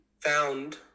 found